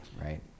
right